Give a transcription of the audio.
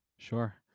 sure